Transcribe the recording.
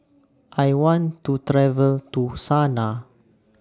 I want to travel to Sanaa